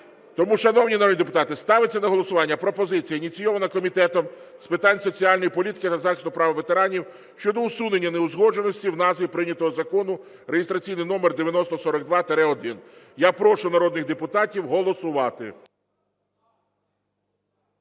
Тому, шановні народні депутати, ставиться на голосування пропозиція, ініційована Комітетом з питань соціальної політики та захисту прав ветеранів, щодо усунення неузгодженості в назві прийнятого Закону реєстраційний номер 9042-1. Я прошу народних депутатів голосувати.